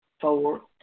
Four